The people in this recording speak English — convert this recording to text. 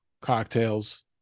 cocktails